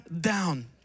down